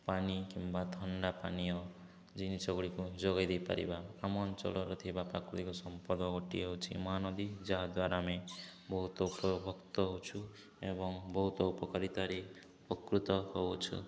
ପାଣି କିମ୍ବା ଥଣ୍ଡା ପାନୀୟ ଜିନିଷଗୁଡ଼ିକୁ ଯୋଗାଇ ଦେଇପାରିବା ଆମ ଅଞ୍ଚଳରେ ଥିବା ପ୍ରାକୃତିକ ସମ୍ପଦ ଗୋଟିଏ ହେଉଛି ମହାନଦୀ ଯାହା ଦ୍ୱାରା ଆମେ ବହୁତ ଉପଭୋକ୍ତା ହେଉଛୁ ଏବଂ ବହୁତ ଉପକାରିତାରେ ଉପକୃତ ହେଉଅଛୁ